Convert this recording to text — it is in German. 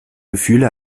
gefühle